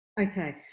Okay